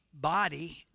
body